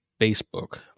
Facebook